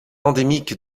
endémique